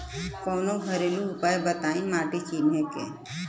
कवनो घरेलू उपाय बताया माटी चिन्हे के?